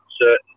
certain